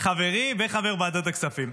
חברי וחבר ועדת הכספים.